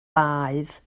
baedd